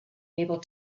able